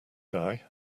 guy